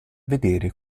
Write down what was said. vedere